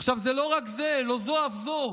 לא זו אף זו,